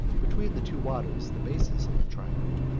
between the two waters, the basis of the triangle,